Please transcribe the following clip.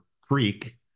creek